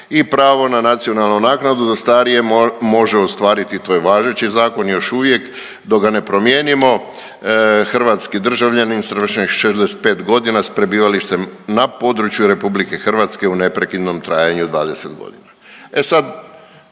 i pravo na nacionalnu naknadu za starije može ostvariti to je važeći zakon još uvijek dok ga ne promijenimo. Hrvatski državljanin sa navršenih 65 godina sa prebivalištem na području Republike Hrvatske u neprekidnom trajanju od 20 godina.